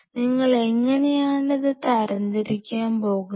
നിങ്ങൾ എങ്ങനെയാണ് ഇത് തരംതിരിക്കാൻ പോകുന്നത്